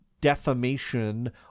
defamation